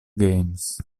games